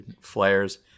flares